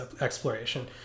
exploration